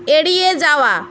এড়িয়ে যাওয়া